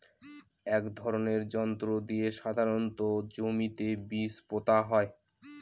এক ধরনের যন্ত্র দিয়ে সাধারণত জমিতে বীজ পোতা হয়